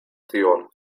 tion